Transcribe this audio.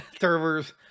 servers